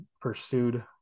pursued